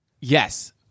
yes